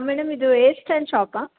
ಆ ಮೇಡಮ್ ಇದು hair style ಶಾಪ